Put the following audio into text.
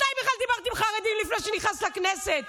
מתי בכלל דיברת עם חרדי לפני שנכנסת לכנסת?